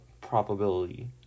probability